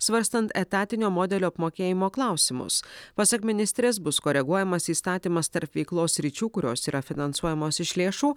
svarstant etatinio modelio apmokėjimo klausimus pasak ministrės bus koreguojamas įstatymas tarp veiklos sričių kurios yra finansuojamos iš lėšų